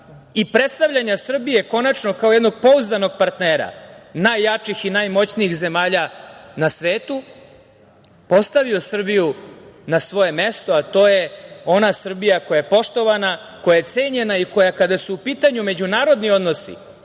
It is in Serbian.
i predstavljanja Srbije konačno kao jednog pouzdanog partnera najjači i najmoćnijih zemalja, zemalja na svetu, postavio Srbiju na svoje mesto, a to je ona Srbija koja je poštovana, koja je cenjena i koja, kada su u pitanju međunarodni odnosi,